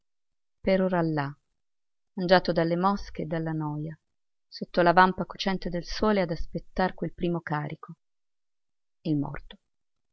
per ora là mangiato dalle mosche e dalla noja sotto la vampa cocente del sole ad aspettar quel primo carico il morto